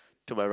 to my right